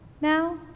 now